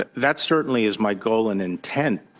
but that's certainly is my goal and intent.